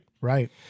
Right